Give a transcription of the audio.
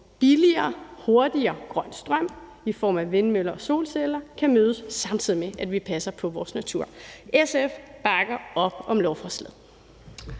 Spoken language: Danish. billigere og hurtigere grøn strøm i form af vindmøller og solceller kan mødes, samtidig med at vi passer på vores natur. SF bakker op om lovforslaget.